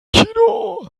kino